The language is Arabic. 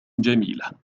جميلة